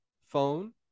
phone